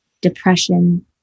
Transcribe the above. depression